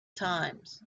times